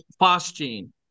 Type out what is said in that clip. Phosgene